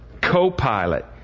co-pilot